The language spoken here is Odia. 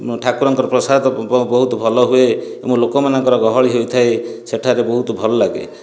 ଠାକୁରଙ୍କର ପ୍ରସାଦ ବହୁତ ଭଲ ହୁଏ ଏବଂ ଲୋକମାନଙ୍କର ଗହଳି ହୋଇଥାଏ ସେଠାରେ ବହୁତ ଭଲ ଲାଗେ